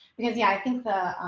because the, i think the